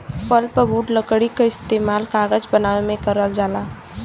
pulpwood लकड़ी क इस्तेमाल कागज बनावे में करल जाला